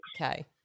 Okay